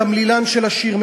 התמלילן של השיר,